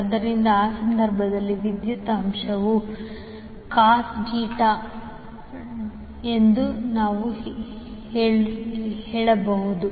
ಆದ್ದರಿಂದ ಆ ಸಂದರ್ಭದಲ್ಲಿ ವಿದ್ಯುತ್ ಅಂಶವು ಕಾಸ್ ಥೀಟಾ ಎಂದು ನಾವು ಏನು ಹೇಳಬಹುದು